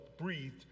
breathed